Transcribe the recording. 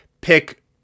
pick